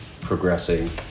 progressing